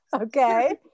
Okay